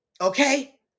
Okay